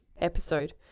episode